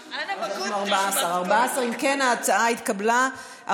14. אם כן, ההצעה התקבלה.